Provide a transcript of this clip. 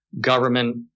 government